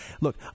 Look